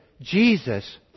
Jesus